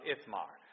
Ithmar